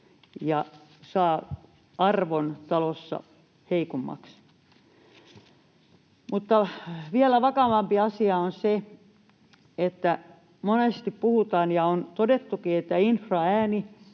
ja saa arvon talossa heikommaksi. Mutta vielä vakavampi asia on se, mistä monesti puhutaan ja on todettukin, että infraääni